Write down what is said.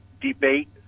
debate